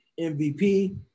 MVP